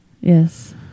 Yes